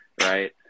Right